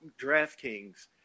DraftKings